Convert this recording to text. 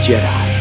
Jedi